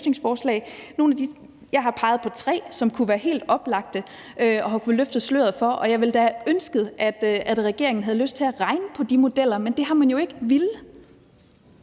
Jeg har peget på tre, som kunne være helt oplagte at få løftet sløret for, og jeg ville da ønske, at regeringen havde lyst til at regne på de modeller, men det har man jo ikke villet.